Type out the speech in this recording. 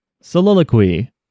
Soliloquy